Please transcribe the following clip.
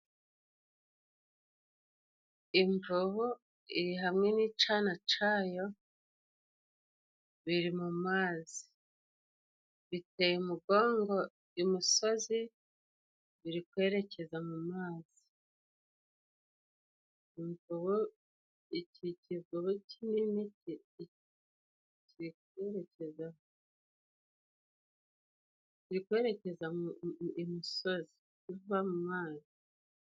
Imvubu iri hamwe n'icana cayo biri mu mazi biteye umugongo i musozi biri kwerekeza mu mazi. Imvubu ikikijwe n'ikinini biri kwerekeza i musozi biva mu mazi.